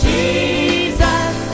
Jesus